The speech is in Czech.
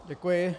Děkuji.